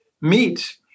meet